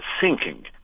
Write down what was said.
sinking